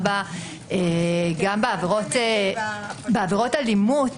עבירות אלימות